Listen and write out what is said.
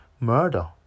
murder